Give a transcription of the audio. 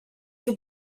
dut